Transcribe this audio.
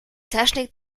technik